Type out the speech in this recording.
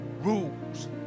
rules